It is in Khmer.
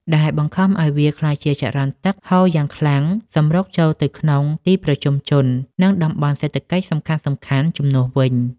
ដែលបង្ខំឱ្យវាក្លាយជាចរន្តទឹកហូរយ៉ាងខ្លាំងសម្រុកចូលទៅក្នុងទីប្រជុំជន និងតំបន់សេដ្ឋកិច្ចសំខាន់ៗជំនួសវិញ។